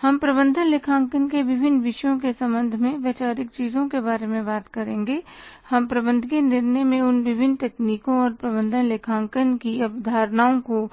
हम प्रबंधन लेखांकन के विभिन्न विषयों के संबंध में वैचारिक चीजों के बारे में बात करेंगे हम प्रबंधकीय निर्णय में उन विभिन्न तकनीकों और प्रबंधन लेखांकन की अवधारणाओं को